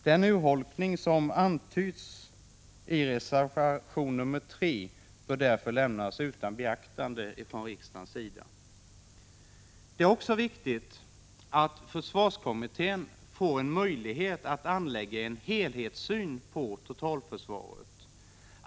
Den urholkning som antyds i reservation nr 3 bör därför lämnas utan beaktande av riksdagen. Det är också viktigt att försvarskommittén får möjlighet att anlägga en helhetssyn på totalförsvaret.